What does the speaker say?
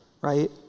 right